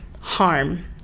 harm